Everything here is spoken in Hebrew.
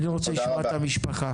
אני רוצה לשמוע את המשפחה.